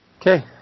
Okay